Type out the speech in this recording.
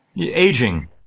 Aging